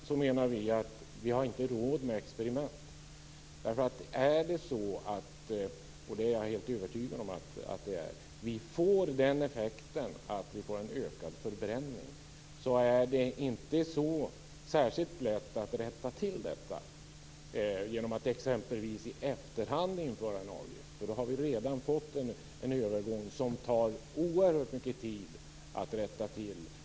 Fru talman! Vi menar att vi inte har råd med experiment i de här frågorna. Om det är så - och jag är helt övertygad om det - att vi får en ökad förbränning, är det inte så särskilt lätt att rätta till detta genom att exempelvis införa en avgift i efterhand. Då har vi redan fått en övergång som det tar oerhört mycket tid att rätta till.